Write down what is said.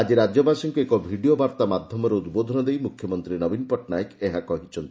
ଆକି ରାଜ୍ୟବାସୀଙ୍କୁ ଏକ ଭିଡ଼ିଓ ବାର୍ଉା ମାଧ୍ଘମରେ ଉଦ୍ବୋଧନ ଦେଇ ମୁଖ୍ୟମନ୍ତୀ ନବୀନ ପଟ୍ଟନାୟକ ଏହା କହିଛନ୍ତି